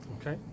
Okay